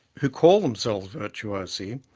who called themselves virtuosi,